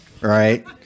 right